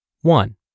One